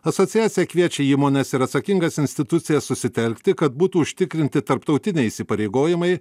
asociacija kviečia įmones ir atsakingas institucijas susitelkti kad būtų užtikrinti tarptautiniai įsipareigojimai